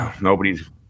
nobody's